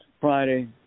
Friday